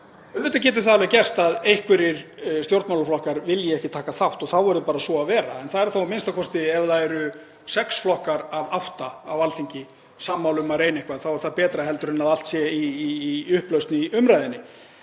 Auðvitað getur það alveg gerst að einhverjir stjórnmálaflokkar vilji ekki taka þátt og þá verður bara svo að vera en ef það eru sex flokkar af átta á Alþingi sammála um að reyna eitthvað þá er það betra en að allt sé í upplausn í umræðunni.